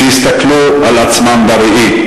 שיסתכלו על עצמם בראי.